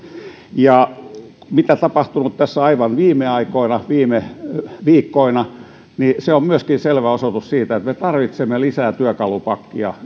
ja se mitä on tapahtunut tässä aivan viime aikoina viime viikkoina on myöskin selvä osoitus siitä että me tarvitsemme lisää työkalupakkia